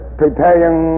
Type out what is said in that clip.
preparing